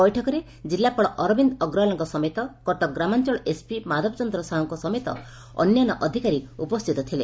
ବୈଠକରେ ଜିଲ୍ଲାପାଳ ଅରବିନ୍ଦ ଅଗ୍ରଓ୍ୱାଲଙ୍କ ସମେତ କଟକ ଗ୍ରାମାଞ୍ଚଳ ଏସ୍ପି ମାଧବଚନ୍ଦ୍ର ସାହୁଙ୍କ ସମେତ ଅନ୍ୟାନ୍ୟ ଅଧିକାରୀ ଉପସ୍ଥିତ ଥିଲେ